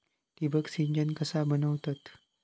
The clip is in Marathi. ठिबक सिंचन कसा बनवतत?